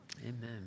Amen